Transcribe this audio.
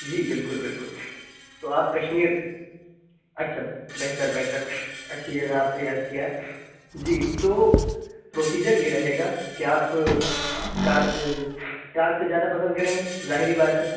جی بالکل بالکل تو آپ کشمیر اچھا بہتر بہتر اچھی جگہ آپ نے یاد کیا ہے جی تو پروسیجر یہ رہے گا کہ آپ کار کار سے جانا پسند کریں گے ظاہری بات ہے